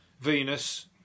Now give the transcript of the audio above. Venus